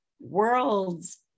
world's